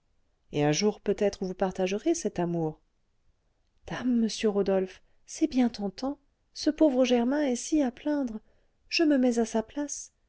et un jour peut-être vous partagerez cet amour dame monsieur rodolphe c'est bien tentant ce pauvre germain est si à plaindre je me mets à sa place